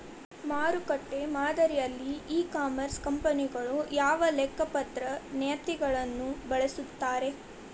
ಮಾರುಕಟ್ಟೆ ಮಾದರಿಯಲ್ಲಿ e commerce ಕಂಪನಿಗಳು ಯಾವ ಲೆಕ್ಕಪತ್ರ ನೇತಿಗಳನ್ನ ಬಳಸುತ್ತಾರಿ?